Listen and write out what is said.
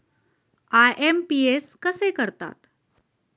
IMPS कसे करतात?